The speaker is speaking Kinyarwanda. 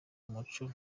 umuco